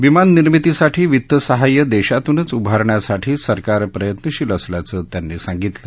विमाननिर्मितीसाठी वित्तसहाय्य देशातूनच उभारण्यासाठी सरकार प्रयत्नशील असल्याचं त्यांनी सांगितलं